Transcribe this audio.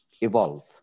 evolve